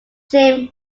jim